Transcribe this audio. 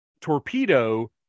torpedo